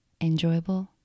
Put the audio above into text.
enjoyable